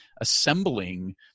assembling